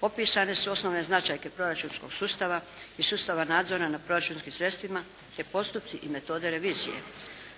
Popisane su osnovne značajke proračunskog sustava i sustava nadzora nad proračunskim sredstvima te postupci i metode revizije.